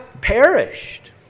perished